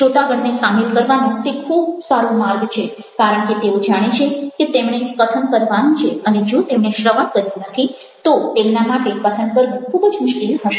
શ્રોતાગણને સામેલ કરવાનો તે ખૂબ સારો માર્ગ છે કારણ કે તેઓ જાણે છે કે તેમણે કથન કરવાનું છે અને જો તેમણે શ્રવણ કર્યું નથી તો તેમના માટે કથન કરવું ખૂબ જ મુશ્કેલ હશે